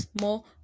more